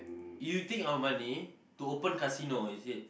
you take our money to open casino is it